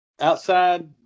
Outside